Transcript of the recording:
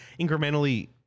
incrementally